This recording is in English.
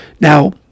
Now